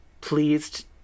pleased